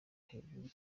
hejuru